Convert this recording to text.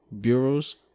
bureaus